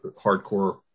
hardcore